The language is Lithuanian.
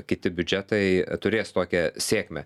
kiti biudžetai turės tokią sėkmę